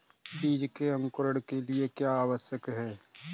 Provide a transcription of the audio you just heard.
बीज के अंकुरण के लिए क्या आवश्यक है?